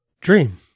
dream